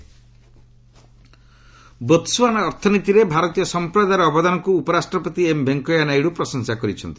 ଭିଭି Botswana Botswana ଅର୍ଥନୀତିରେ ଭାରତୀୟ ସମ୍ପ୍ରଦାୟର ଅବଦାନକ୍ର ଉପରାଷ୍ଟ୍ରପତି ଏମ୍ ଭେଙ୍କୟା ନାଇଡୁ ପ୍ରଶଂସା କରିଛନ୍ତି